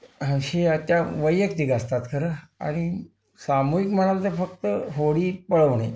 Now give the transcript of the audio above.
अशी त्या वैयक्तिक असतात खरं आणि सामूहिक म्हणाल तर फक्त होडी पळवणे